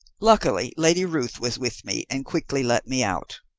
luckily lady ruth was with me, and quickly let me out.